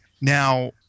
Now